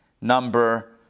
number